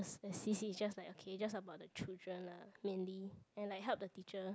is just like okay just about the children lah mainly and like help the teacher